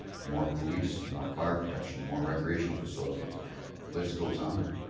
more police, more fire protection, more recreational facilities. the list goes on.